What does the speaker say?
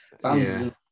fans